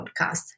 Podcast